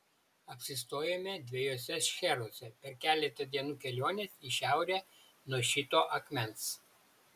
apsistojome dviejuose šcheruose per keletą dienų kelionės į šiaurę nuo šito akmens